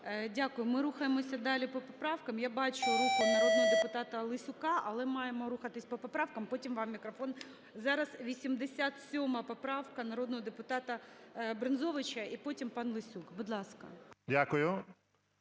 Дякую. Ми рухаємося далі по поправкам. Я бачу руку народного депутата Лесюка, але маємо рухатись по поправках. Потім вам мікрофон. Зараз 87 поправка народного депутата Брензовича. І потім пан Лесюк. Будь ласка.